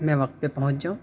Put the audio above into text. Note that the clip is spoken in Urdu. میں وقت پہ پہنچ جاؤں